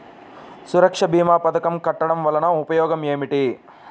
సురక్ష భీమా పథకం కట్టడం వలన ఉపయోగం ఏమిటి?